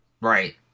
Right